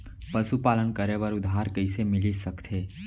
पशुपालन करे बर उधार कइसे मिलिस सकथे?